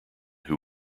who